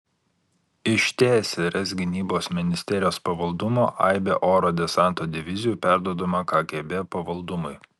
iš tsrs gynybos ministerijos pavaldumo aibė oro desanto divizijų perduodama kgb pavaldumui